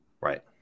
right